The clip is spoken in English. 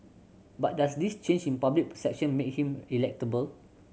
but does this change in public perception make him electable